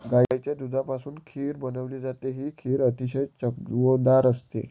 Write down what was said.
गाईच्या दुधापासून खीर बनवली जाते, ही खीर अतिशय चवदार असते